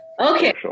Okay